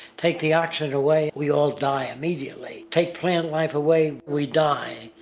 take the oxygen away, we all die immediately. take plant life away, we die.